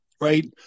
right